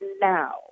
now